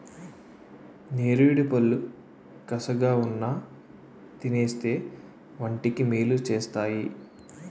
నేరేడుపళ్ళు కసగావున్నా తినేస్తే వంటికి మేలు సేస్తేయ్